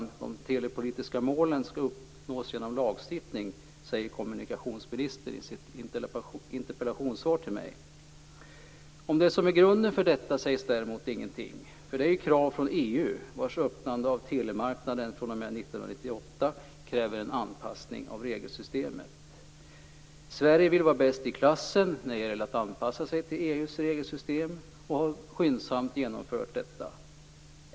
De telepolitiska målen skall uppnås genom lagstiftning, säger kommunikationsministern i sitt interpellationssvar till mig. Om det som är grunden för detta sägs däremot ingenting. Det är ju krav från EU, vars öppnande av telemarknaden fr.o.m. 1998 kräver en anpassning av regelsystemet. Sverige vill vara bäst i klassen när det gäller att anpassa sig till EU:s regelsystem och har skyndsamt genomfört detta.